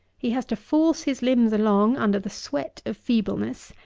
he has to force his limbs along under the sweat of feebleness,